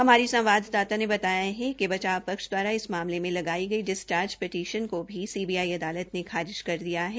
हमारी संवाददाता ने बताया कि बचाव पक्ष द्वारा इन मामले में लगाई गई डिसचार्ज पटीशन को भी सीबीआई अदालत ने खारिज कर दिया है